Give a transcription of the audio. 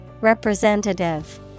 Representative